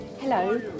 Hello